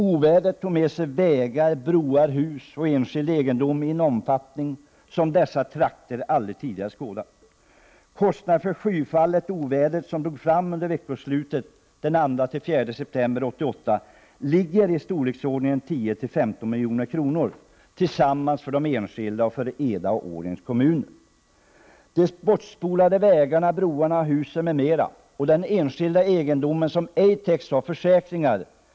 Ovädret tog med sig vägar, broar, hus och enskild egendom i en omfattning som dessa trakter aldrig tidigare skådat. Kostnaderna för skyfallet och ovädret som drog fram under veckoslutet den 2-4 september 1988 ligger i storleksordningen 10-15 milj.kr. sammanlagt för enskilda och för Eda och Årjängs kommuner. De bortspolade vägarna, broarna, husen m.m. och den enskilda egendomen som ej täcks av försäkringar måste ersättas.